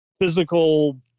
physical